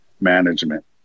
management